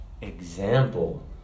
example